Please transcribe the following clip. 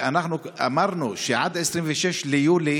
אמרנו שעד 26 ביולי